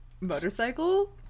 motorcycle